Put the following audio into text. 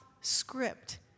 script